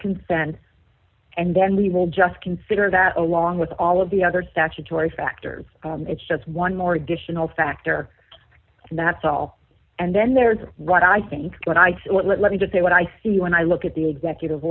consents and then we will just consider that along with all of the other statutory factors it's just one more additional factor and that's all and then there is what i think when i say what let me just say what i see when i look at the executive